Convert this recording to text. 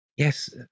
Yes